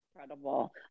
Incredible